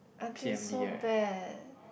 until so bad